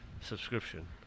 subscription